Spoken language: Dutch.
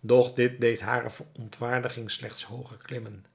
doch dit deed hare verontwaardiging slechts hooger klimmen